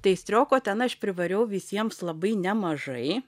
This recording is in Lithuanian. tai strioko ten aš privariau visiems labai nemažai